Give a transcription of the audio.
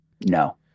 No